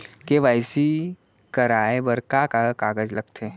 KYC कराये बर का का कागज लागथे?